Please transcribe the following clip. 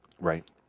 right